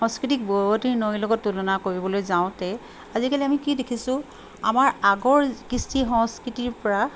সংস্কৃতিক বুৱতি নৈ লগত তুলনা কৰিবলৈ যাওঁতে আজিকালি আমি কি দেখিছোঁ আমাৰ আগৰ কৃষ্টি সংস্কৃতিৰ পৰা